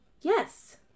Yes